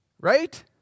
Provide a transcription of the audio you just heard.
Right